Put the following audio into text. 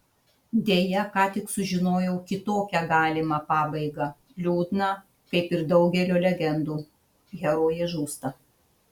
deja ką tik sužinojau kitokią galimą pabaigą liūdną kaip ir daugelio legendų herojė žūsta